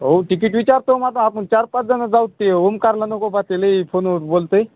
हो तिकीट विचारतो माझं आपण चार पाच जणं जाऊ ते ओमकारला नको पा ते लई फोनवर बोलतं आहे